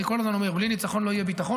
אני כל הזמן אומר: בלי ניצחון לא יהיה ביטחון,